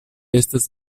estas